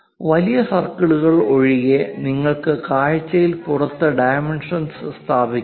വലിയ സർക്കിളുകൾ ഒഴികെ നിങ്ങൾ കാഴ്ചയ്ക്ക് പുറത്ത് ഡൈമെൻഷൻ സ്ഥാപിക്കുന്നു